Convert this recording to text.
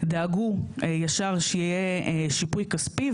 ודאגו ישר שיהיה שיפוי כספי,